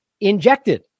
injected